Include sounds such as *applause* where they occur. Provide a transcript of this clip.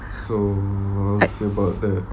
*noise*